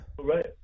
Right